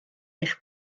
eich